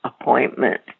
appointment